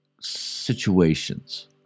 situations